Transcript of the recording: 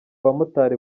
bamotari